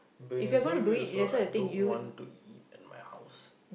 but in the same also I don't want to eat at my house